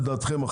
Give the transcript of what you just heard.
לדעתכם,